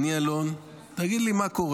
אני אלון, תגיד לי מה קורה.